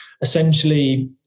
essentially